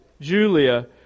Julia